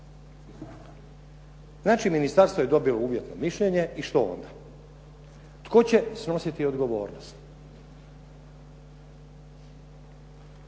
Znači, ministarstvo je dobilo uvjetno mišljenje i što onda. Tko će snositi odgovornost?